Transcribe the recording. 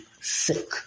sick